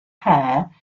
pair